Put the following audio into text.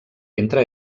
entre